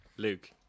Luke